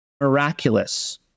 miraculous